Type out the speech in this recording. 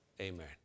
amen